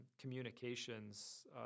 communications